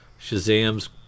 Shazam's